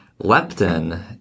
Leptin